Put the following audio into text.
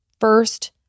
First